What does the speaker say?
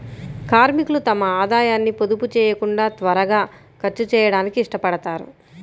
కార్మికులు తమ ఆదాయాన్ని పొదుపు చేయకుండా త్వరగా ఖర్చు చేయడానికి ఇష్టపడతారు